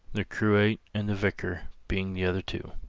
the curate and the vicar being the other two.